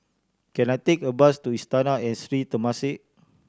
can I take a bus to Istana and Sri Temasek